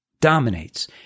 dominates